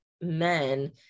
men